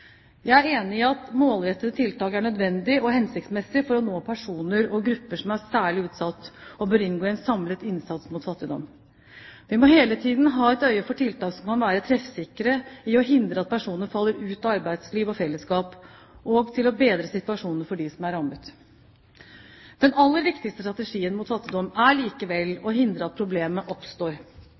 Jeg er enig i at målrettede tiltak er nødvendig og hensiktsmessig for å nå personer og grupper som er særlig utsatt, og bør inngå i en samlet innsats mot fattigdom. Vi må hele tiden ha et øye for tiltak som kan være treffsikre i å hindre at personer faller ut av arbeidsliv og fellesskap, og til å bedre situasjonen for dem som er rammet. Den aller viktigste strategien mot fattigdom er likevel å hindre at problemet oppstår.